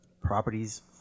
properties